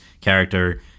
character